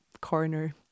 corner